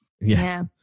Yes